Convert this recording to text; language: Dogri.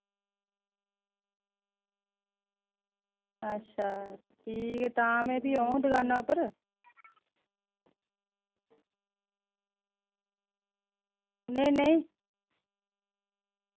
अच्छा ठीक तां में औङ दुकानां पर नेईं नेईं